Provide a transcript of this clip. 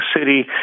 city